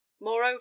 moreover